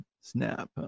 snap